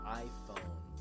iPhone